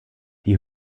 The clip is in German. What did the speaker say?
die